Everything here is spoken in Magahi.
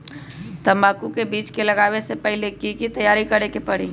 तंबाकू के बीज के लगाबे से पहिले के की तैयारी करे के परी?